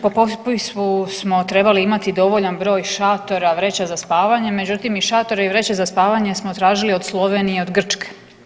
Po popisu smo trebali imati dovoljan broj šatora, vreća za spavanje, međutim i šatore i vreće za spavanje smo tražili od Slovenije, od Grčke.